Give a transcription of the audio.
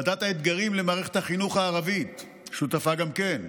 ועדת האתגרים למערכת החינוך הערבית שותפה גם כן.